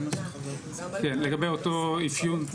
אפיון.